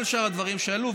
כל שאר הדברים שעלו,